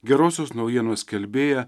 gerosios naujienos skelbėją